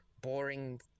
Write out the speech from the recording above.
boring